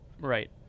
Right